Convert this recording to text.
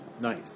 Nice